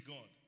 God